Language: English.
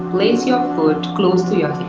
place your foot close to your